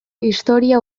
historia